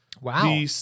wow